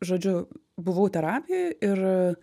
žodžiu buvau terapijoj ir